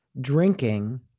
drinking